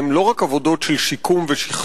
הן לא רק עבודות של שיקום ושחזור,